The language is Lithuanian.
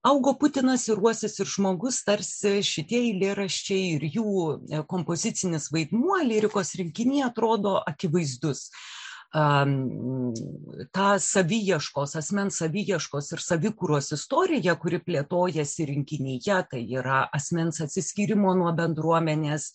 augo putinas ir uosis ir žmogus tarsi šitie eilėraščiai ir jų kompozicinis vaidmuo lyrikos rinkiny atrodo akivaizdus ta saviieškos asmens saviieškos ir savikūros istorija kuri plėtojasi rinkinyje tai yra asmens atsiskyrimo nuo bendruomenės